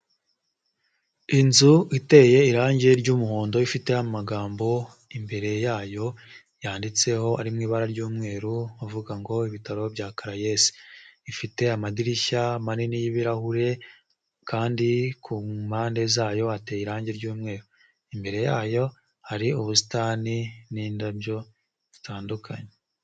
Inzu iteye irangi ry'umuhondo ifiteho amagambo imbere yayo yanditseho ari mu ibara ry'umweru avuga ngo ibitaro bya karayesi, ifite amadirishya manini y'ibirahure kandi ku mpande zayo hateye irangi ry'umweru imbere yayo hari ubusitani n'indabyo zitandukanye.